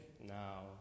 now